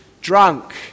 drunk